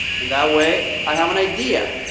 and that way, i have an idea,